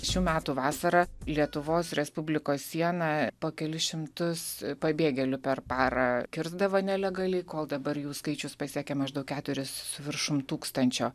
šių metų vasarą lietuvos respublikos siena po kelis šimtus pabėgėlių per parą kirsdavo nelegaliai kol dabar jų skaičius pasiekė maždaug keturis su viršum tūkstančio